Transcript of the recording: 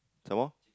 some more